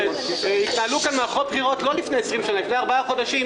התנהלו כאן מערכות בחירות לפני ארבעה חודשים